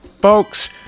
Folks